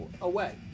away